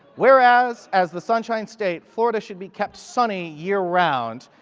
whereas as the sunshine state, florida should be kept sunny year round.